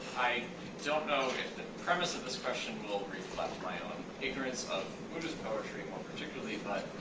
i don't know if the premise of this question will reflect my own ignorance of buddhist poetry, more particularly, but,